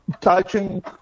touching